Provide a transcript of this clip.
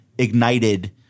ignited